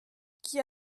qui